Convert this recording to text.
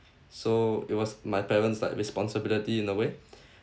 so it was my parents' like responsibility in a way